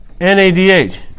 NADH